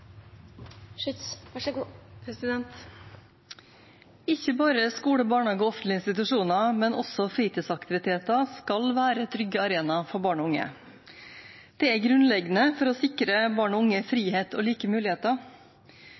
Ikke bare skoler, barnehager og offentlige institusjoner, men også fritidsaktiviteter, skal være trygge arenaer for barn og unge. Det er grunnleggende for å sikre barn og unge frihet og like muligheter.